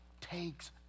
takes